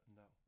no